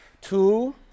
Two